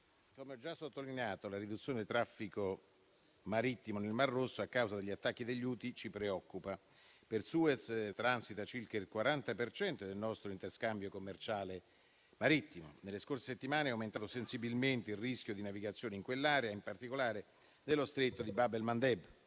come ho già sottolineato, la riduzione del traffico marittimo nel mar Rosso a causa degli attacchi degli Houthi ci preoccupa. Per Suez transita circa il 40 per cento del nostro interscambio commerciale marittimo. Nelle scorse settimane è aumentato sensibilmente il rischio di navigazione in quell'area, in particolare dello Stretto di Bab el-Mandeb,